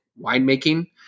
winemaking